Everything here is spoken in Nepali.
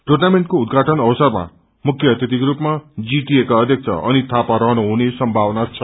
टुनमिन्टको उद्दृषाटन अवसरमा मुख्य अतिथि को रूपमा जीटिए का अध्यक्ष अनित थापा रहनु हुने संभावना छ